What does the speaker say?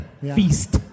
Feast